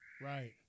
Right